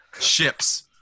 Ships